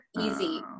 easy